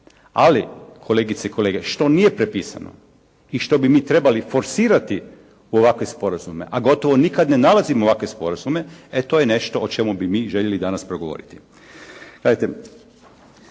Ali kolegice i kolege što nije prepisano i što bi mi trebali forsirati ovakve sporazume a gotovo nikad ne nalazimo ovakve sporazume e to je nešto o čemu bi mi željeli danas progovoriti.